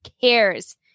cares